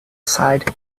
side